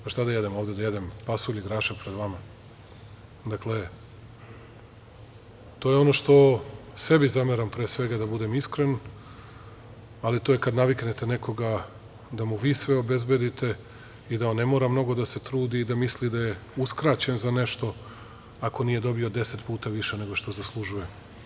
Pa šta da jedem, ovde pred vama da jedem pasulj i grašak pred vama, to je ono što sebi zameram, pre svega, da budem iskren, ali to je kada naviknete nekoga da mu vi sve obezbedite i da on ne mora mnogo da se trudi, i da misli da je uskraćen za nešto ako nije dobio deset puta više nego što zaslužuje.